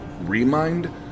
Remind